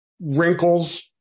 wrinkles